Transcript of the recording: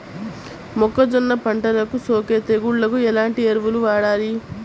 మొక్కజొన్న పంటలకు సోకే తెగుళ్లకు ఎలాంటి ఎరువులు వాడాలి?